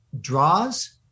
draws